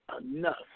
enough